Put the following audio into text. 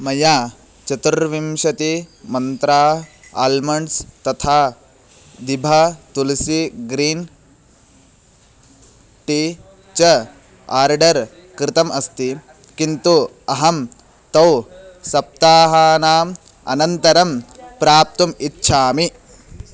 मया चतुर्विंशतिमन्त्राः आल्मण्ड्स् तथा दिभा तुलसी ग्रीन् टी च आर्डर् कृतम् अस्ति किन्तु अहं तौ सप्ताहानाम् अनन्तरं प्राप्तुम् इच्छामि